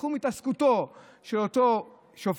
בתחום עיסוקו של אותו שופט,